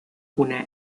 una